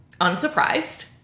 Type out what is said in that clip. unsurprised